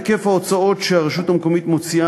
היקף ההוצאות שהרשות המקומית מוציאה